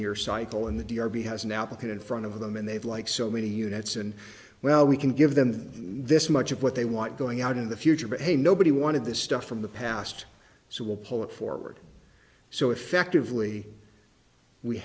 year cycle in the d r b has now been put in front of them and they have like so many units and well we can give them this much of what they want going out in the future but hey nobody wanted this stuff from the past so we'll pull it forward so effectively we